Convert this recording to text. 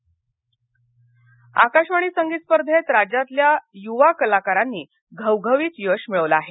आकाशवाणी आकाशवाणी संगीत स्पर्धेत राज्यातल्या युवा कलाकारांनी घवघवीत यश मिळवलं आहे